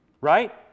right